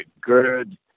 good